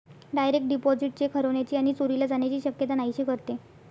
direct deposit cheque हरवण्याची आणि चोरीला जाण्याची शक्यता नाहीशी करते